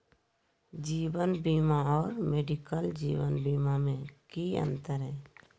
जीवन बीमा और मेडिकल जीवन बीमा में की अंतर है?